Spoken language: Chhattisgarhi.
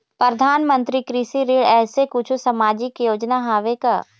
परधानमंतरी कृषि ऋण ऐसे कुछू सामाजिक योजना हावे का?